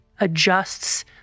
adjusts